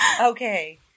Okay